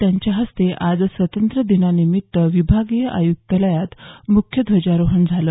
त्यांच्या हस्ते आज स्वातंत्र्य दिनानिमित्त विभागीय आयुक्तालयात मुख्य ध्वजारोहण झालं